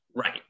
Right